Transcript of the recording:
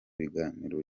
biganiro